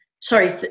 sorry